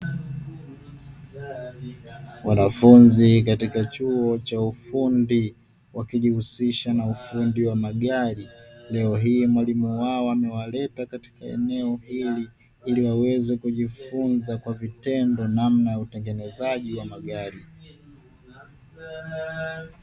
Wanafunzi katika chuo cha ufundi wakijihusisha na ufundi wa magari. Leo hii mwalimu wao amewaleta katika eneo hili ili waweze kujifunza kwa vitendo namna ya utengenezaji wa magari.